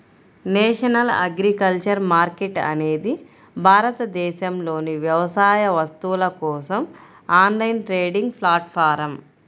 national agriculture market అనేది భారతదేశంలోని వ్యవసాయ వస్తువుల కోసం ఆన్లైన్ ట్రేడింగ్ ప్లాట్ఫారమ్